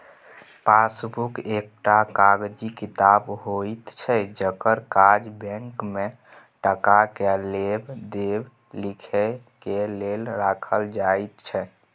passbook एकटा कागजी किताब होइत छै जकर काज बैंक में टका के लेब देब लिखे के लेल राखल जाइत छै